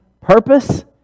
purpose